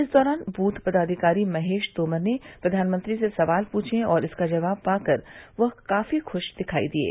इस दौरान ब्रथ पदाधिकारी महेश तोमर ने प्रधानमंत्री से सवाल पूछे और इसका जवाब पाकर वह काफी खुश दिखाई दिये